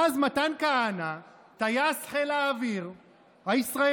ואז מתן כהנא, טייס חיל האוויר הישראלי,